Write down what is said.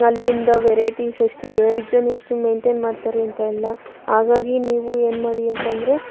ಅಲ್ಲಿಂದ ವೆರೈಟೀಸ್ ಎಷ್ಟಿದೆ ಎಷ್ಟು ಮೇಂಟೈನ್ ಮಾಡ್ತಾರೆ ಅಂತೆಲ್ಲ ಹಾಗಾಗಿ ನೀವು ಏನ್ಮಾಡಿ ಅಂತ ಅಂದ್ರೆ